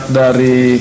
dari